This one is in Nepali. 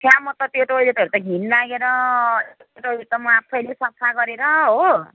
छ्या म त त्यो टोइलेटहरू त घिन लागेर र उता म आफैले सफा गरेर हो